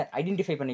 identify